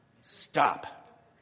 Stop